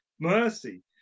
Mercy